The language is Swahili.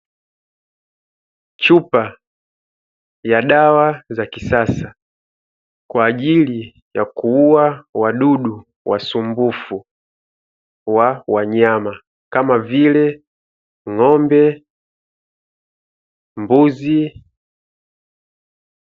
Chupa ya dawa za kisasa kwa ajili ya kuua wadudu wasumbufu wa wanyama kama vile ng'ombe, mbuzi.